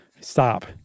Stop